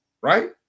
right